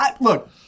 look